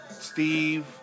Steve